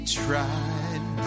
tried